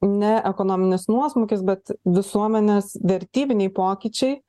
ne ekonominis nuosmukis bet visuomenės vertybiniai pokyčiai